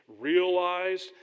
realized